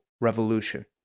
revolution